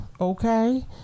Okay